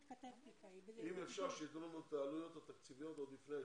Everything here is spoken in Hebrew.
אם אפשר שייתנו לנו את העלויות התקציביות עוד לפני הישיבה,